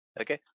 okay